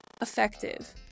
effective